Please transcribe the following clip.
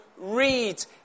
read